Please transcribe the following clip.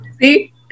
See